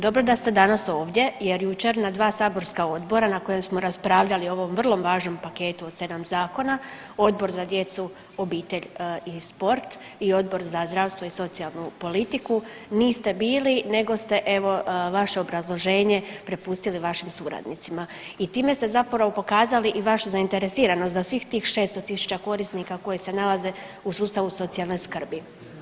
Dobro da ste danas ovdje jer jučer na dva saborska odbora na kojem smo raspravljali o ovom vrlo važnom paketu od sedam zakona Odbor za djecu, obitelj i sport i Odbor za zdravstvo i socijalnu politiku niste bili nego ste evo vaše obrazloženje prepustili vašim suradnicima i time ste zapravo pokazali i vašu zainteresiranost za svih tih 600.000 korisnika koji se nalaze u sustavu socijalne skrbi.